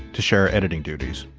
to share editing duties,